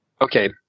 Okay